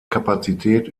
kapazität